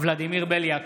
ולדימיר בליאק,